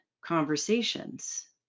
conversations